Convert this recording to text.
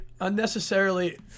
unnecessarily